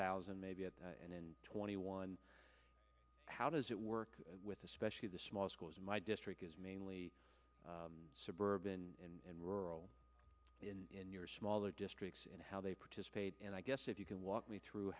thousand maybe and then twenty one how does it work with especially the small schools in my district is mainly suburban and rural in your smaller districts and how they participate and i guess if you can walk me through